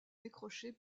décrocher